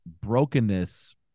brokenness